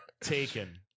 taken